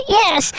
yes